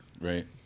Right